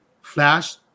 Flash